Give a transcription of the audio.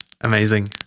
Amazing